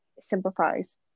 simplifies